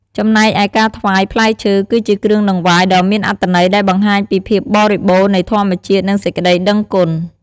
ចំណែកឯការថ្វាយ ផ្លែឈើ គឺជាគ្រឿងតង្វាយដ៏មានអត្ថន័យដែលបង្ហាញពីភាពបរិបូរណ៍នៃធម្មជាតិ និងសេចក្តីដឹងគុណ។